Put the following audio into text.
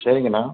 சரிங்கண்ணா